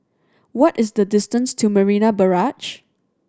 what is the distance to Marina Barrage